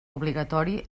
obligatori